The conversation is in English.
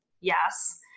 yes